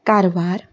Karwar